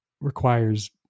requires